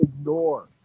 ignore